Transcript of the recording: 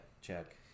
check